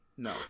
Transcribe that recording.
No